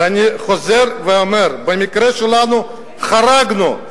ואני חוזר ואומר, במקרה שלנו חרגנו.